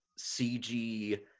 CG